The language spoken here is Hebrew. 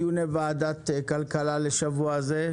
אנחנו ממשיכים בדיוני ועדת הכלכלה לשבוע זה.